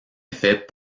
effet